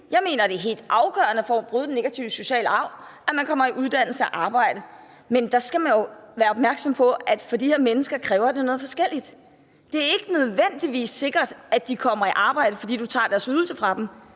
Jeg mener, det er helt afgørende for at bryde den negative sociale arv, at man kommer i uddannelse og arbejde, men man skal jo være opmærksom på, at det for de her mennesker kræver noget forskelligt. Det er ikke nødvendigvis sikkert, at de kommer i arbejde, fordi du tager deres ydelse fra dem.